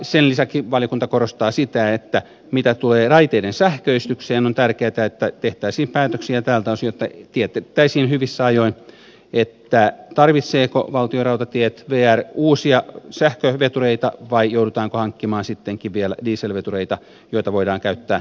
sen lisäksi valiokunta korostaa sitä että mitä tulee raiteiden sähköistykseen on tärkeätä että tehtäisiin päätöksiä tältä osin jotta tiedettäisiin hyvissä ajoin tarvitseeko valtionrautatiet vr uusia sähkövetureita vai joudutaanko hankkimaan sittenkin vielä dieselvetureita joita voidaan käyttää näillä muilla alueilla